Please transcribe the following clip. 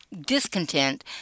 discontent